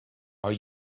are